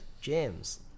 James